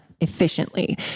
efficiently